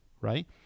right